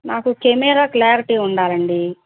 నాకు camera clarity ఉండాలండి